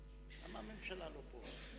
אף אחד מהממשלה לא פה.